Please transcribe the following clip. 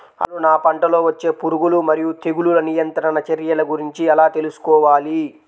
అసలు నా పంటలో వచ్చే పురుగులు మరియు తెగులుల నియంత్రణ చర్యల గురించి ఎలా తెలుసుకోవాలి?